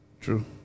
true